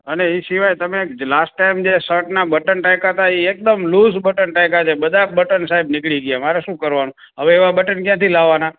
અને એ સિવાય તમે લાસ્ટ ટાઇમ જે શર્ટના બટન ટાંકયા હતાં એ એકદમ લૂઝ બટન ટાંકયા છે બધાં બટન સાહેબ નીકળી ગયાં મારે શું કરવાનું હવે એવાં બટન ક્યાંથી લાવવાનાં